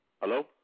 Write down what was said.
Hello